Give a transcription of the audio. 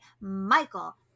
Michael